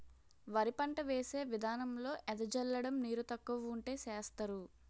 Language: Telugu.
వరి పంట వేసే విదానంలో ఎద జల్లడం నీరు తక్కువ వుంటే సేస్తరు